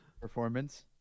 Performance